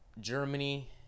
Germany